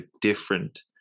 different